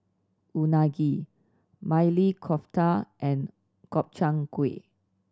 Unagi Maili Kofta and Gobchang Gui